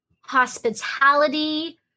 hospitality